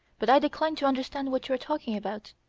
but i decline to understand what you are talking about.